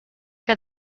que